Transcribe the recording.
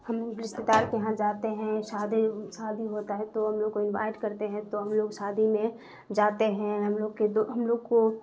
ہم رشتے دار کے یہاں جاتے ہیں شادی شادی ہوتا ہے تو ہم لوگوں کو انوائٹ کرتے ہیں تو ہم لوگ شادی میں جاتے ہیں ہم لوگ کے دو ہم لوگ کو